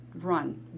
Run